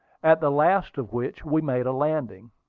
at the last of which we made a landing.